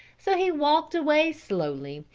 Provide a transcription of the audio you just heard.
so he walked away slowly,